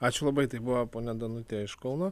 ačiū labai tai buvo ponia danutė iš kauno